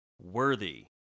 worthy